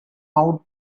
out